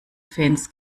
fans